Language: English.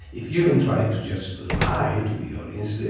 if you don't try to just lie to the audience,